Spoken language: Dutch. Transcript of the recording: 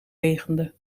regende